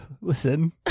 Listen